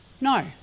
No